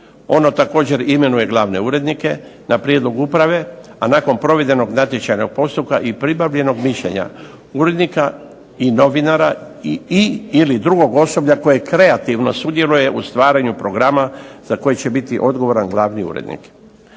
Ono također imenuje glavne urednike na prijedlog uprave, a nakon provedenog natječajnoj postupka i pribavljenog mišljenja urednika i novinara i/ili drugog osoblja koje kreativno sudjeluje u stvaranju programa za koji će biti odgovoran glavni urednik.